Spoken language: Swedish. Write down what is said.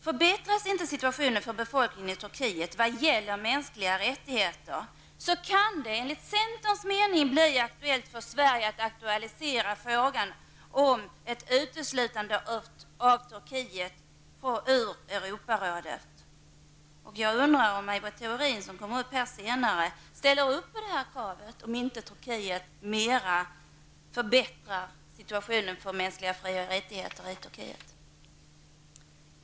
Om inte befolkningens situation i Turkiet förbättras vad gäller de mänskliga rättigheterna kan det enligt centerns mening bli så, att Sverige måste aktualisera frågan om ett uteslutande av Turkiet vad gäller Europarådet. Jag undrar om Maj Britt Theorin, som enligt talarlistan kommer upp senare i debatten här, ställer upp på kravet att Turkiet måste se till att situationen förbättras vad gäller de mänskliga fri och rättigheterna där.